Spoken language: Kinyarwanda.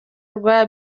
rwa